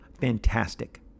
fantastic